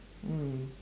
mm